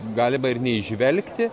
galima ir neįžvelgti